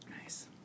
nice